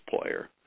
player